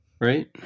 Right